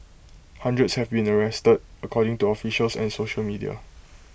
hundreds have been arrested according to officials and social media